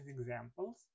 examples